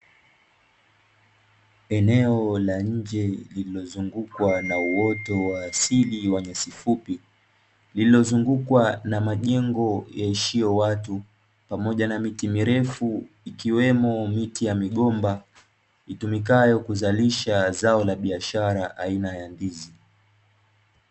Eneo la nje limezungukwa na uoto wa asili wa nyasi fupi, lililozungukwa na majengo yaishio watu, pamoja na miti mirefu, ikiwemo miti ya migomba itumikayo kuzalisha zao la biashara aina ya ndizi.